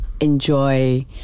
enjoy